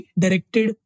directed